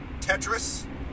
Tetris